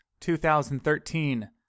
2013